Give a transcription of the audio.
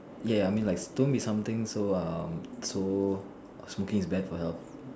ya I mean like don't be something so um so smoking is bad for your health